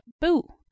boo